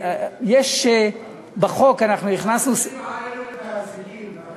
אל תשים עלינו את האזיקים.